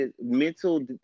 mental